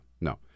No